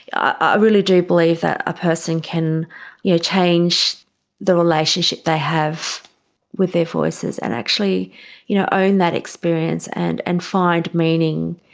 ah really do believe that a person can yeah change the relationship they have with their voices and actually you know own that experience and and find meaning.